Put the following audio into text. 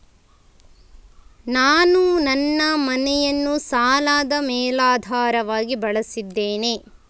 ನಾನು ನನ್ನ ಮನೆಯನ್ನು ಸಾಲದ ಮೇಲಾಧಾರವಾಗಿ ಬಳಸಿದ್ದೇನೆ